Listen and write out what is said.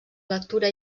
lectura